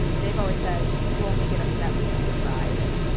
dave always says people only get upset when they're surprised.